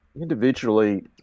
Individually